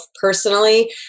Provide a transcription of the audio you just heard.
personally